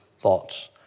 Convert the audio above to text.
thoughts